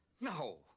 No